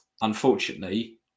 Unfortunately